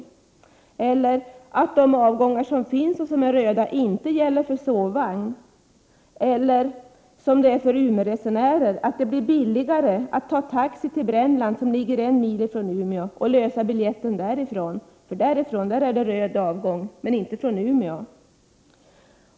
Inte heller kan man säga att tågresandet underlättas när de röda avgångar som finns inte gäller sovvagn eller — vilket är fallet för Umeåresenärerna — att det blir billigare att ta taxi till Brännland som ligger en mil utanför Umeå för att lösa sin biljett därifrån. Därifrån gäller nämligen röd avgång. Men så är alltså inte fallet om man reser från Umeå.